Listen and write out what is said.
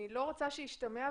אני לא רוצה שישתמע,